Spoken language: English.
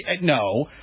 No